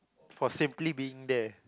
for simply being there